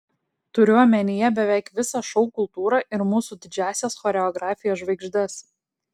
turiu omenyje beveik visą šou kultūrą ir mūsų didžiąsias choreografijos žvaigždes